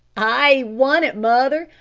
ay, won it, mother.